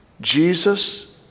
Jesus